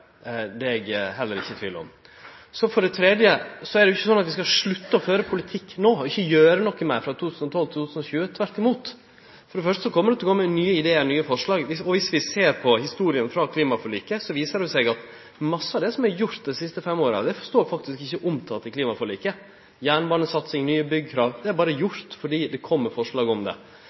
eg heller ikkje i tvil om. For det tredje er det ikkje slik at vi skal slutte å føre politikk no, ikkje gjere noko meir frå 2012 til 2020 – tvert imot. For det første kjem det til å kome nye idear og nye forslag, og dersom vi ser på historia frå klimaforliket, viser det seg at mykje av det som er gjort dei siste fem åra, ikkje er omtalt i klimaforliket: jernbanesatsing, nye byggkrav – det er berre gjort fordi det kom forslag om det.